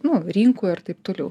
nu rinkoj ir taip toliau